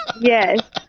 Yes